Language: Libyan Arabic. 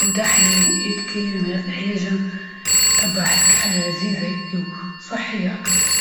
أو دحي هيكي من غير أي حاجة حاجة لذيذة هيكي وصحية أكثر.